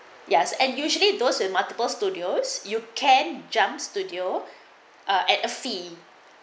yes and usually those with multiple studios you can jump studio ah at a fee